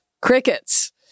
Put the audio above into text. Crickets